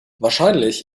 wahrscheinlich